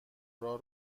راه